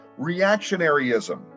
reactionaryism